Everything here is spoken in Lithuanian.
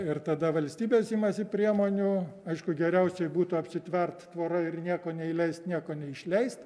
ir tada valstybės imasi priemonių aišku geriausiai būtų apsitvert tvora ir nieko neįleist nieko neišleist